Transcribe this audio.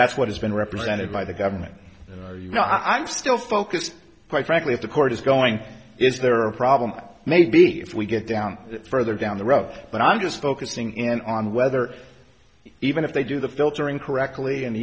that's what has been represented by the government you know you know i'm still focused quite frankly if the court is going is there a problem maybe if we get down further down the road but i'm just focusing in on whether even if they do the filtering correctly and